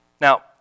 Now